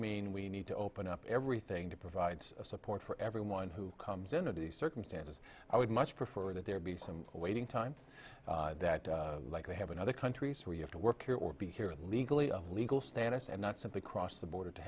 mean we need to open up everything to provide support for everyone who comes into these circumstances i would much prefer that there be some waiting times that like they have another country so we have to work here or be here legally of legal status and not simply cross the border to